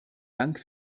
dank